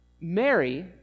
Mary